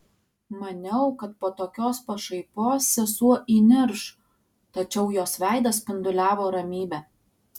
maniau kad po tokios pašaipos sesuo įnirš tačiau jos veidas spinduliavo ramybe